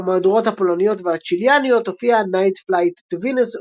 במהדורות הפולניות והצ'יליאניות הופיע "Night Flight to Venus"